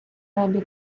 небі